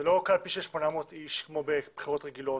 זה לא קלפי של 800 איש כמו בבחירות רגילות,